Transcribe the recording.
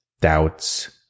doubts